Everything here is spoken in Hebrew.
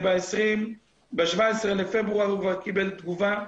ב-17 בפברואר הוא כבר קיבל תגובה.